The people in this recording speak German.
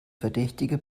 verdächtige